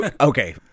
okay